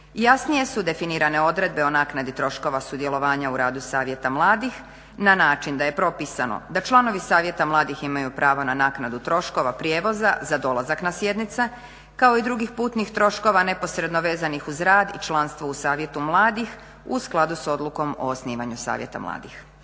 Jasnije su definirane odredbe o naknadi troškova sudjelovanja u radu Savjeta mladih na način da je propisano da članovi Savjeta mladih imaju prava na naknadu troškova prijevoza za dolazak na sjednice kao i drugih putnih troškova neposredno vezanih uz rad i članstvo u Savjetu mladih u skladu sa odlukom o osnivanju Savjeta mladih.